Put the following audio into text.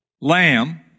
lamb